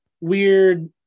weird